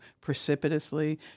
precipitously